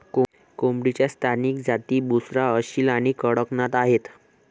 कोंबडीच्या स्थानिक जाती बुसरा, असील आणि कडकनाथ आहेत